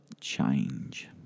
Change